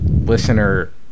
listener